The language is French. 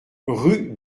rue